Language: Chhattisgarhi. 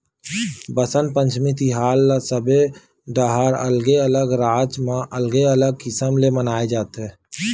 बसंत पंचमी तिहार ल सबे डहर अलगे अलगे राज म अलगे अलगे किसम ले मनाए जाथे